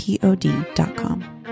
Pod.com